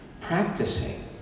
practicing